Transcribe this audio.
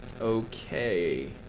okay